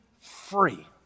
free